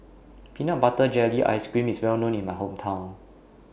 Peanut Butter Jelly Ice Cream IS Well known in My Hometown